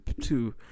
two